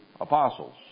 apostles